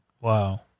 Wow